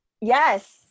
yes